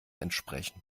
entsprechen